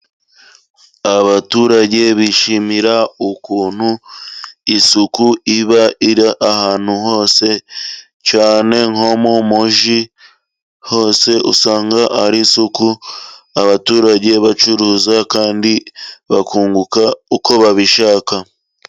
Abaturage bishimira ukuntu isuku iba iri ahantu hose cyane nko mu mujyi hose usanga hari isuku abaturage bacuruza kandi bakunguka uko babishaka.